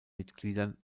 mitgliedern